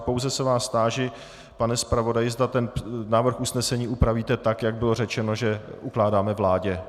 Pouze se vás táži, pane zpravodaji, zda návrh usnesení upravíte tak, jak bylo řečeno, že ukládáme vládě.